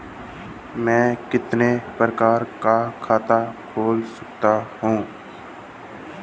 मैं कितने प्रकार का खाता खोल सकता हूँ?